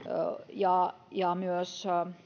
ja ja myös